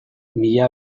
mila